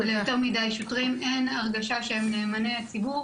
ליותר מדי שוטרים אין הרגשה שהם נאמני הציבור